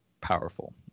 powerful